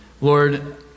Lord